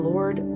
Lord